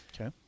Okay